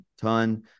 ton